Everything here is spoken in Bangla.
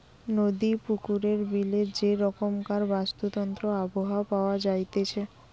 নদী, পুকুরে, বিলে যে রকমকারের বাস্তুতন্ত্র আবহাওয়া পাওয়া যাইতেছে